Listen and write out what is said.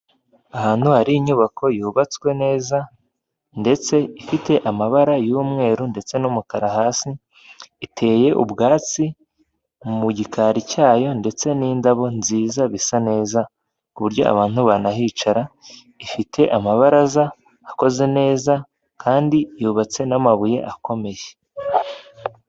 Ahantu hari inyubako yubatswe neza ndetse ifite amabara y'umweru ndetse n'umukara hasi, iteye ubwatsi mu gikari cyayo ndetse n'indabo nziza bisa neza ku buryo abantu banahicara, ifite amabaraza akoze neza kandi yubatse n'amabuye akomeye.